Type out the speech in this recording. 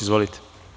Izvolite.